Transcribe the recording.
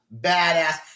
badass